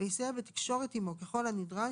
ויסייע בתקשורת עמו ככל הנדרש,